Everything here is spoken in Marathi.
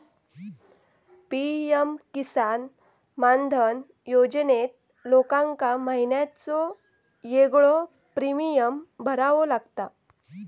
पी.एम किसान मानधन योजनेत लोकांका महिन्याचो येगळो प्रीमियम भरावो लागता